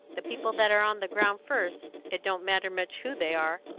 the people that are on the ground first, it don't matter much who they are,